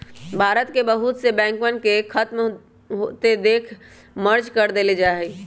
भारत के बहुत से बैंकवन के खत्म होते देख मर्ज कर देयल जाहई